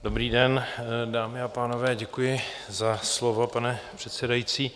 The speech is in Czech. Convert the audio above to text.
Dobrý den, dámy a pánové, děkuji za slovo, pane předsedající.